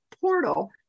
portal